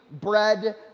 bread